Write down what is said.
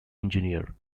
engineer